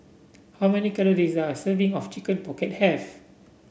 how many calories does a serving of Chicken Pocket have